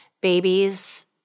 babies